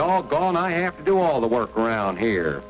doggone i have to do all the work around here